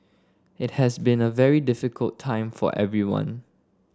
it has been a very difficult time for everyone